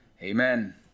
amen